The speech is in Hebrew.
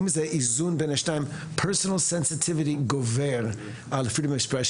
אם זה איזון בין השניים רגישות גובר על חופש הביטוי,